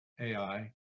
AI